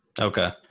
Okay